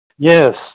Yes